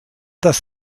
das